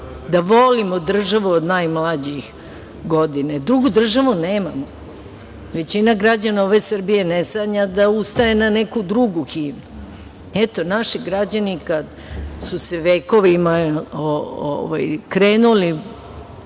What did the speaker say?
da volimo državu od najmlađih godina. Drugu državu nemamo. Većina građana ove Srbije ne sanja da ustaje na neku drugu himnu. Eto, naši građani kada su vekovima, krenuli